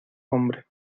hombre